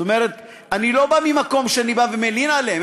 זאת אומרת אני לא בא ממקום שאני בא ומלין עליהם.